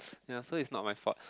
ya so it's not my fault